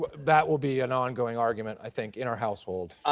but that will be an ongoing argument, i think, in our household,